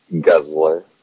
Guzzler